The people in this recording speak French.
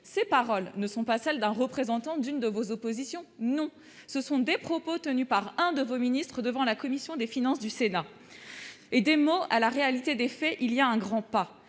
ces paroles ne sont pas celles d'un représentant d'une de vos oppositions non ce sont des propos tenus par un de vos ministres devant la commission des finances du Sénat et des mots à la réalité des faits il y a un grand pas,